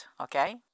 Okay